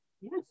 Yes